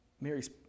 Mary's